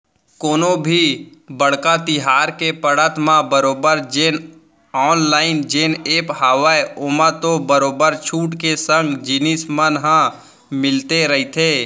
कोनो भी बड़का तिहार के पड़त म बरोबर जेन ऑनलाइन जेन ऐप हावय ओमा तो बरोबर छूट के संग जिनिस मन ह मिलते रहिथे